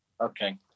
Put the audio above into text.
Okay